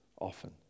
Often